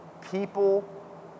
people